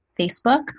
Facebook